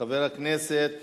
חבר הכנסת